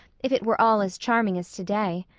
if it were all as charming as today.